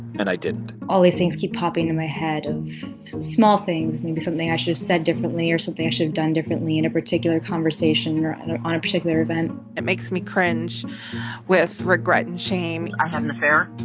and i didn't all these things keep popping in my head and small things maybe something i should've said differently or something i should've done differently in a particular conversation or and or on a particular event it makes me cringe with regret and shame i had an affair.